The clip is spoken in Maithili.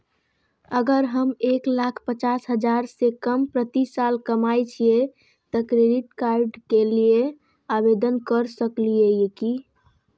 अगर हम एक लाख पचास हजार से कम प्रति साल कमाय छियै त क्रेडिट कार्ड के लिये आवेदन कर सकलियै की?